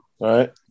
Right